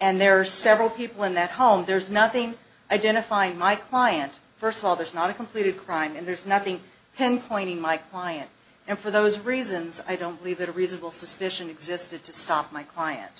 and there are several people in that home there's nothing identifying my client first of all there's not a completed crime and there's nothing pinpointing my client and for those reasons i don't believe that a reasonable suspicion existed to stop my client